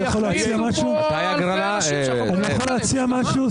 אבל יחריגו פה אלפי אנשים שהחוק --- אני יכול להציע משהו?